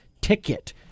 ticket